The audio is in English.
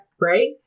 Right